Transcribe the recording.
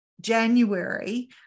January